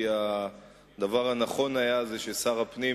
כי הדבר הנכון היה ששר הפנים,